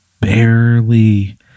barely